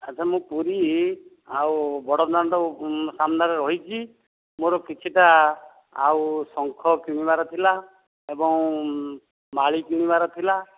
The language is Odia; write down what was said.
ଆଚ୍ଛା ମୁଁ ପୁରୀ ଆଉ ବଡ଼ଦାଣ୍ଡ ସାମ୍ନାରେ ରହିଛି ମୋର କିଛିଟା ଆଉ ଶଙ୍ଖ କିଣିବାର ଥିଲା ଏବଂ ମାଳି କିଣିବାର ଥିଲା